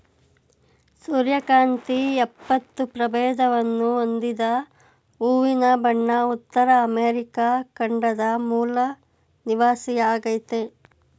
ಸೂರ್ಯಕಾಂತಿ ಎಪ್ಪತ್ತು ಪ್ರಭೇದವನ್ನು ಹೊಂದಿದ ಹೂವಿನ ಬಣ ಉತ್ತರ ಅಮೆರಿಕ ಖಂಡದ ಮೂಲ ನಿವಾಸಿಯಾಗಯ್ತೆ